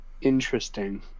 interesting